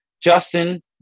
Justin